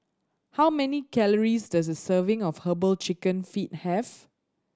how many calories does a serving of Herbal Chicken Feet have